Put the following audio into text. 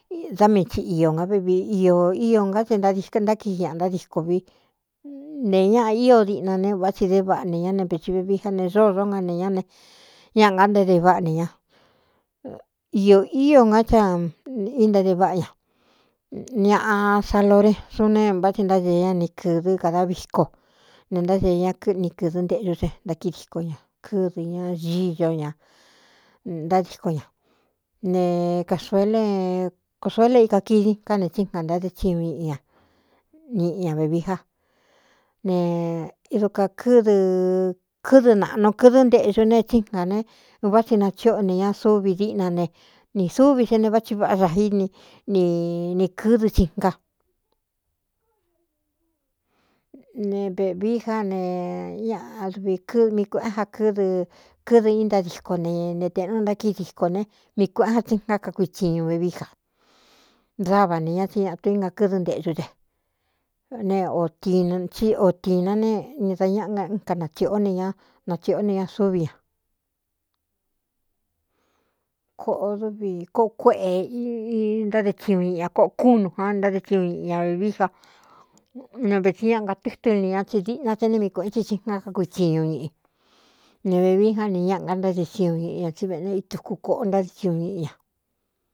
Dá mii tsi iō ngá vvi iō íō ngá te dintákíi ñaꞌ ntádíko vi ntē ñaꞌa ío diꞌna ne u vá tsi dé vaꞌa ne ñá ne vēti vevi á ne zódó nga ne ñá ñáꞌa ga ntade váꞌa ne ña iō ío ngá cha í ntáde váꞌa ña ñaꞌa saloré suu ne vá tsi ntádee ña ni kɨdɨ́ kada viko ne ntádee ña kɨni kɨ̄dɨ́ nteꞌxú de ntákíi diko ña kɨdɨ ña giño ña ntádíko ña ne xkosoele ika kidi nká ne tsi nga ntáde thiñu ñii ña ñiꞌi ña vevií ja ne du kakɨdɨ kɨdɨ naꞌnu kɨdɨ́ nteꞌxu ne tsí ngā ne un vá tsi nathiꞌo ne ña súvi díꞌna ne nī súvi sé ne vá thi váꞌá xa íni ni nī kɨ́dɨ tsiná ne vēꞌvií já ne ñdvi mi kuēꞌén ja ɨdɨkɨdɨ i ntádiko ne ne tēꞌnu ntákíi diko ne mi kuēꞌén ja tsingá kakuitsiñu vevií ja dáva ne ña tsí ñaꞌa tu í nka kɨdɨ́nteꞌxú de ne otiinatsí o tina ne ni da ñáꞌa á n kanathsīꞌó ne ñá nathsīꞌó ne ña súvi ña koꞌodvi koo kuéꞌē ntáde thiñu ñiꞌi ña koꞌo kúnū ja ntáde thiñu ñiꞌi ña vevií ja ne vēti ñáꞌa gatɨ́tɨ́ ni ña tsi díꞌna tse ne mii kuēꞌen in tsingá kakuitsiñu ñiꞌi ne vevi á ne ñáꞌa nga ntáde tsiñu ñiꞌi ña tsí veꞌe ne tuku kōꞌo ntáde tsiñu ñiꞌi ña.